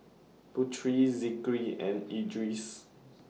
Putri Zikri and Idris